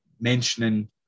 mentioning